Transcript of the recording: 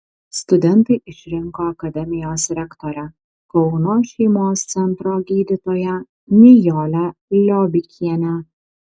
studentai išrinko akademijos rektorę kauno šeimos centro gydytoją nijolę liobikienę